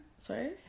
Sorry